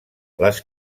les